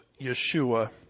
Yeshua